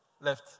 left